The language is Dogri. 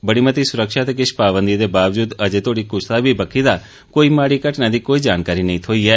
बड़ी मती सुरक्षा ते किश पाबंदिए दे बावजूद अजे तोड़ी कुसा बक्खी दा कोई माड़ी घटना दी जानकारी नेई थ्होई ऐ